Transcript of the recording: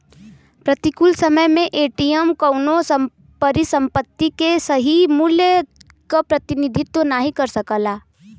प्रतिकूल समय में एम.टी.एम कउनो परिसंपत्ति के सही मूल्य क प्रतिनिधित्व नाहीं कर सकला